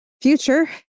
future